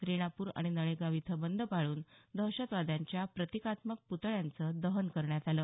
रेणापूर आणि नळेगाव इथं बंद पाळून दहशतवाद्यांच्या प्रतिकात्मक पुतळ्यांचं दहन करण्यात आलं